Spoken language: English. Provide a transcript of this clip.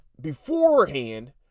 beforehand